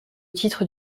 titre